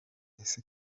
ese